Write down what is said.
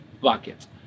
buckets